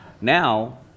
Now